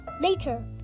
Later